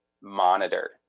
monitor